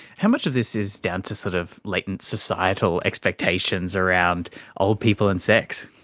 how much of this is down to sort of latent societal expectations around old people and sex?